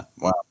Wow